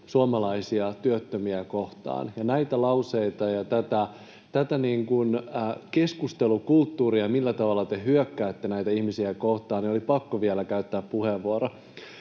suomalaisia työttömiä kohtaan ja näitä lauseita ja tätä keskustelukulttuuria, millä tavalla te hyökkäätte näitä ihmisiä kohtaan. Oli pakko vielä käyttää puheenvuoro.